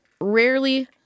rarely